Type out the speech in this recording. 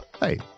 Hey